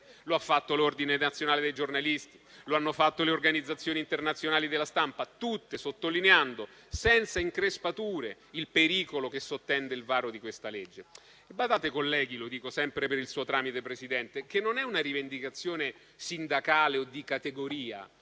lo ha fatto l'ordine nazionale dei giornalisti; lo hanno fatto le organizzazioni internazionali della stampa, tutte sottolineando senza increspature il pericolo che sottende il varo di questo disegno di legge. Badate, colleghi - lo dico sempre per il suo tramite, signor Presidente -, che non è una rivendicazione sindacale o di categoria,